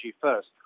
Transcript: first